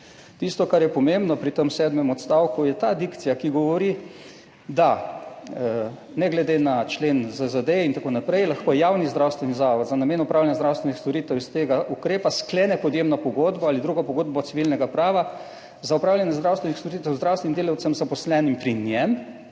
Tisto, kar je pomembno pri tem sedmem odstavku je ta dikcija, ki govori, da ne glede na člen ZZDE in tako naprej, lahko javni zdravstveni zavod za namen opravljanja zdravstvenih storitev iz tega ukrepa sklene podjemno pogodbo ali drugo pogodbo civilnega prava za opravljanje zdravstvenih storitev zdravstvenim delavcem, zaposlenim pri njem,